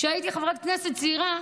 כשהייתי חברת כנסת צעירה,